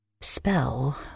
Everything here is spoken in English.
spell